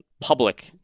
public